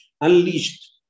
unleashed